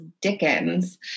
Dickens